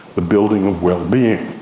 the building of well-being.